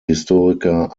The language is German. historiker